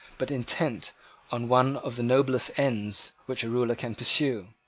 but intent on one of the noblest ends which a ruler can pursue,